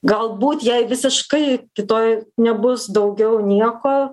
galbūt jai visiškai kitoj nebus daugiau nieko